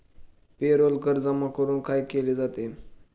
Payroll कर जमा करून काय केले जाते?